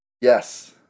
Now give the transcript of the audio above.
Yes